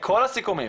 לכל הסיכומים,